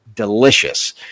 delicious